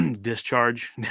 discharge